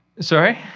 Sorry